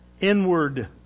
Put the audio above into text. Inward